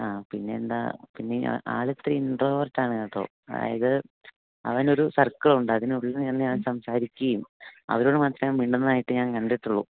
ആ പിന്നെന്താ പിന്നെ ആൾ ഇത്തിരി ഇൻട്രോവെർട്ട് ആണ് കേട്ടോ അതായത് അവനൊരു സർക്കിൾ ഒക്കെ ഉണ്ട് അതിനുള്ളിൽ നിന്ന് തന്നെ സംസാരിക്കുകയും അവരോട് മാത്രമേ മിണ്ടുന്നതായിട്ട് ഞാൻ കണ്ടിട്ടുള്ളു